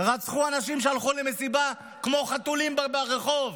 רצחו אנשים שהלכו למסיבה כמו חתולים ברחוב.